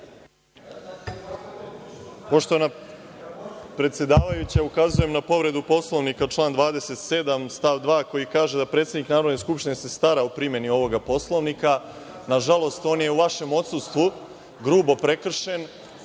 Poštovana predsedavajuća, ukazujem na povredu Poslovnika član 27. stav 2. koji kaže da predsednik Narodne skupštine se stara o primeni ovog Poslovnika. Nažalost, on je u vašem odsustvu grubo prekršen